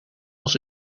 als